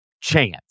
chance